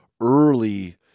early